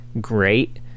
great